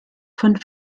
von